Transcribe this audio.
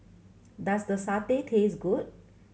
does the satay taste good